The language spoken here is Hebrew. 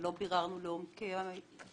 שלא בררנו לעומק את הדברים,